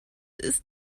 ist